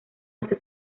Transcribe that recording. hace